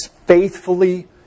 faithfully